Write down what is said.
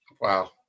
Wow